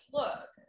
look